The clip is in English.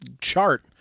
chart